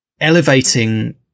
elevating